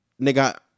nigga